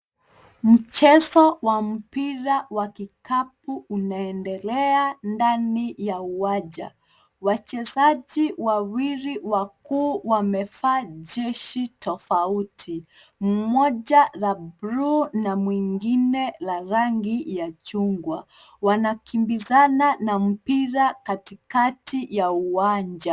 Mchezo wa mpira wa kikapu unaendelea ndani ya uwanja. Wachezaji wawili wakuu wamevaa jezi tofauti, mmoja la bluu na mwingine la rangi ya chungwa. Wanakimbizana na mpira katikati ya uwanja.